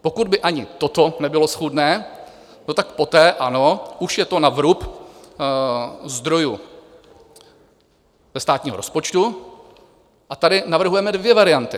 Pokud by ani toto nebylo schůdné, tak poté ano, už je to na vrub zdrojů ze státního rozpočtu, a tady navrhujeme dvě varianty.